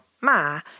ma